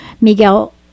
Miguel